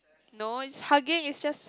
no it's hugging it's just